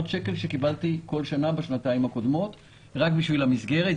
שקל שקיבלתי כל שנה בשנתיים הקודמות רק בשביל המסגרת.